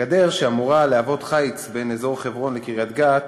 הגדר שאמורה להוות חיץ בין אזור חברון לקריית-גת